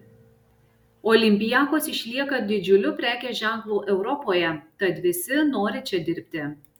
olympiakos išlieka didžiuliu prekės ženklu europoje tad visi nori čia dirbti